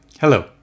Hello